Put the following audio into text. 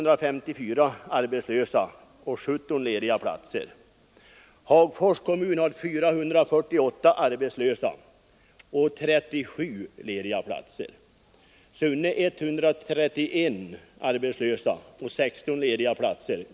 Det är nästan 10 arbetslösa per ledig plats.